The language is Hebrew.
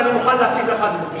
ואני מוכן להשיג לך דיווחים.